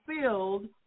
filled